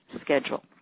schedule